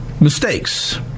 mistakes